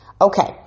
Okay